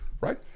right